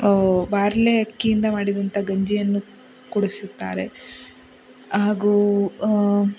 barley ಅಕ್ಕಿಯಿಂದ ಮಾಡಿದಂತ ಗಂಜಿಯನ್ನು ಕುಡಿಸುತ್ತಾರೆ ಹಾಗೂ